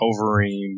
Overeem